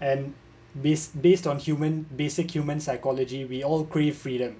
and based based on human basic human psychology we all crave freedom